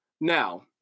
Now